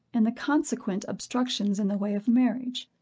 and the consequent obstructions in the way of marriage.